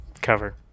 cover